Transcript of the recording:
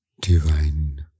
divine